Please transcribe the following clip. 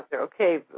Okay